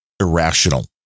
irrational